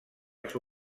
les